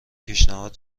پیشنهاد